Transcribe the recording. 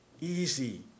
Easy